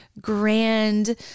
grand